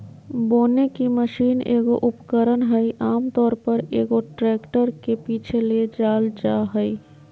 बोने की मशीन एगो उपकरण हइ आमतौर पर, एगो ट्रैक्टर के पीछे ले जाल जा हइ